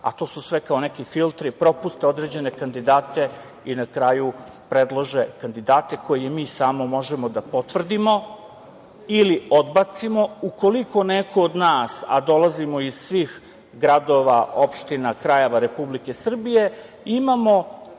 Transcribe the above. a to su sve kao neki filteri, propuste određene kandidate i na kraju predlože kandidate koje mi samo možemo da potvrdimo ili odbacimo, ukoliko neko od nas, a dolazimo iz svih gradova, opština, krajeva Republike Srbije, imamo